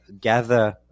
Gather